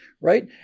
right